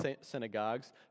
synagogues